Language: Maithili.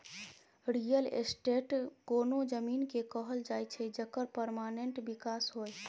रियल एस्टेट कोनो जमीन केँ कहल जाइ छै जकर परमानेंट बिकास होइ